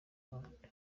umwanda